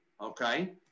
Okay